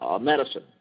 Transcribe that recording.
medicine